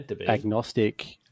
agnostic